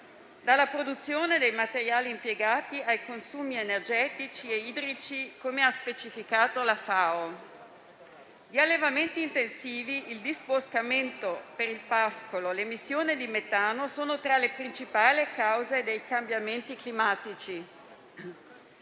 (dalla produzione dei materiali impiegati, ai consumi energetici e idrici, come ha specificato la FAO). Gli allevamenti intensivi, il disboscamento per il pascolo e l'emissione di metano sono tra le principali cause dei cambiamenti climatici.